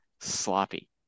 sloppy